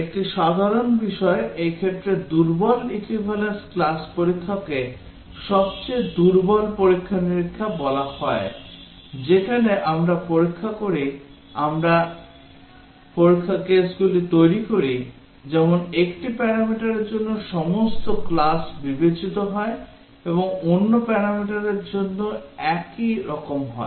একটি সাধারণ বিষয় এই ক্ষেত্রে দুর্বল equivalence class পরীক্ষাকে সবচেয়ে দুর্বল পরীক্ষা নিরীক্ষা বলা হয় যেখানে আমরা পরীক্ষা করি আমরা পরীক্ষার কেসগুলি তৈরি করি যেমন একটি প্যারামিটারের জন্য সমস্ত ক্লাস বিবেচিত হয় এবং অন্য প্যারামিটারের জন্য একই রকম হয়